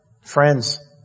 Friends